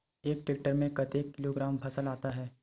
एक टेक्टर में कतेक किलोग्राम फसल आता है?